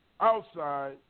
outside